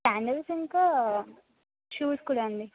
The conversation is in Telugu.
శాండల్స్ ఇంకా షూస్ కూడా అండి